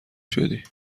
شدی